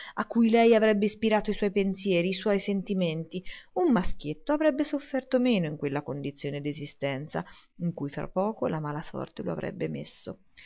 a cui lei avrebbe ispirato i suoi pensieri i suoi sentimenti un maschietto avrebbe sofferto meno di quella condizione d'esistenza in cui fra poco la mala sorte lo avrebbe messo